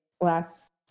last